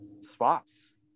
spots